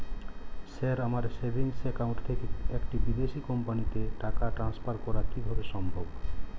Sir আমার savings account থেকে একটি বিদেশি কোম্পানিকে টাকা ট্রান্সফার করা কীভাবে সম্ভব?